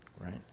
Right